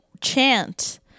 chant